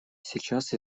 сейчас